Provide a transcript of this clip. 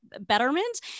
betterment